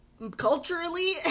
culturally